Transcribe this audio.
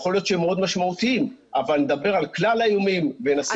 יכול להיות שהם מאוד משמעותיים אבל נדבר על כלל האיומים ונשים